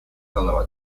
fellow